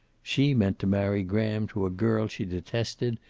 she meant to marry graham to a girl she detested,